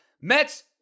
Mets